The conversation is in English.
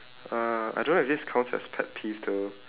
uh I don't know if this counts as pet peeve though